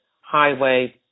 highway